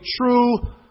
true